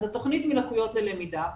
התכנית מלקויות ללמידה,